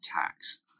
tax